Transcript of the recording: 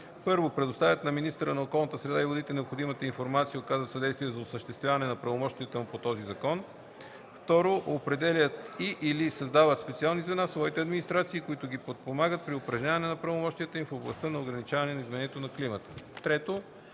1: 1. предоставят на министъра на околната среда и водите необходимата информация и оказват съдействие за осъществяване на правомощията му по този закон; 2. определят и/или създават специални звена в своите администрации, които ги подпомагат при упражняването на правомощията им в областта на ограничаване на изменението на климата. (3)